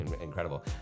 Incredible